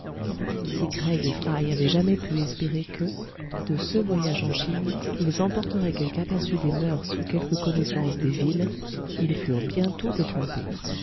craig et fry avaient jamais pu espérer que de ce voyage en chine ils emporteraient quelque aperçu des moeurs ou quelque connaissance des villes ils furent bientôt